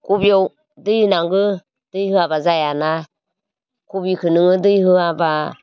खबियाव दै होनांगौ दै होआबा जाया ना खबिखौ नोङो दै होआबा